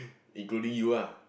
including you ah